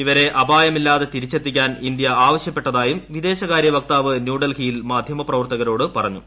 ഇവരെ അപായമില്ലാതെ തിരിച്ചെത്തിക്കാൻ ഇന്ത്യ ആവശ്യപ്പെട്ടതായും വിദേശകാര്യവക്താവ് ന്യൂഡൽഹിയിൽ മാധ്യമപ്രവർത്തകരോട് പറഞ്ഞു